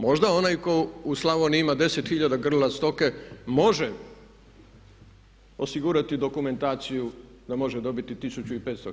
Možda onaj tko u Slavoniji ima 10 hiljada grla stoke može osigurati dokumentaciju da može dobiti 1500 hektara.